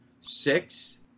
six